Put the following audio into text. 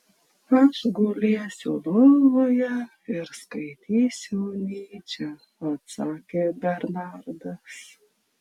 aš gulėsiu lovoje ir skaitysiu nyčę atsakė bernardas